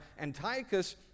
Antiochus